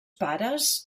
pares